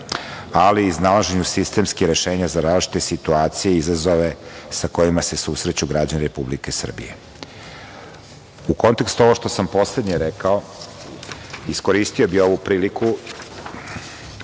ali i iznalaženju sistemskih rešenja za različite situacije i izazove, sa kojima se susreću građani Republike Srbije.U kontekstu ovog što sam poslednje rekao, iskoristio bih ovu priliku,